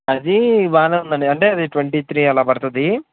అది బాగానే ఉందండి అంటే అది ట్వంటీ త్రీ అలా పడుతుంది